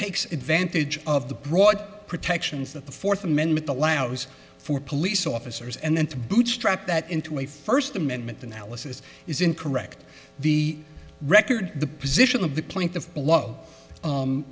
takes advantage of the broad protections that the fourth amendment allows for police officers and then to bootstrap that into a first amendment analysis is incorrect the record the position of the point the blow